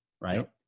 Right